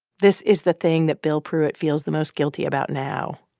this is the thing that bill pruitt feels the most guilty about now.